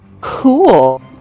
Cool